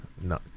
No